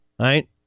Right